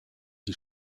die